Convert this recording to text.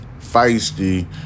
feisty